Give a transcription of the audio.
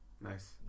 nice